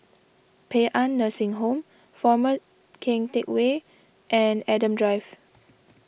Paean Nursing Home former Keng Teck Whay and Adam Drive